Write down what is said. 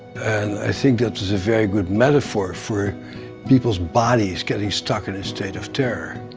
and i think that's a very good metaphor for people's bodies getting stuck in a state of terror.